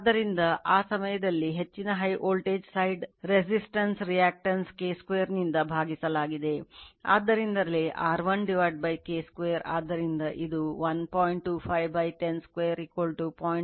ಆದ್ದರಿಂದ ಆ ಸಮಯದಲ್ಲಿ ಹೆಚ್ಚಿನ high voltage side resistance reactance K2 ನಿಂದ ಭಾಗಿಸಲಾಗಿದೆ ಆದ್ದರಿಂದಲೇ R1 K 2